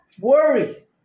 worry